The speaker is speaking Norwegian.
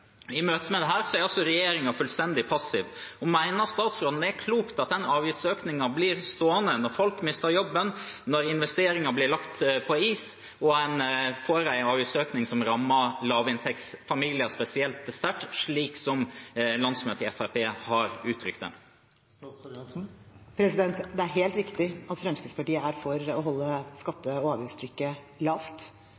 I møte med dette er altså regjeringen fullstendig passiv. Mener statsråden det er klokt at denne avgiftsøkningen blir stående – når folk mister jobben, når investeringer blir lagt på is, og når avgiftsøkningen rammer lavinntektsfamilier spesielt sterkt, slik landsmøtet i Fremskrittspartiet har uttrykt det? Det er helt riktig at Fremskrittspartiet er for å holde